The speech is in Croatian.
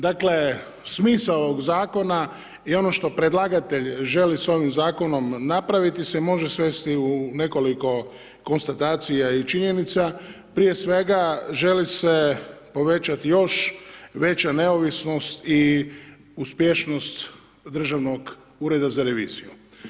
Dakle smisao ovog zakona je ono što predlagatelj želi sa ovim zakonom napraviti se može svesti u nekoliko konstatacija i činjenica, prije svega želi se povećati još veća neovisnost i uspješnost Državnog ureda za reviziju.